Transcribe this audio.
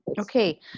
Okay